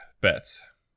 Bets